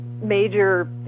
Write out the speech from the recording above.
Major